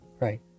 Right